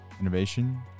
innovation